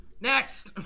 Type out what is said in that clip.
Next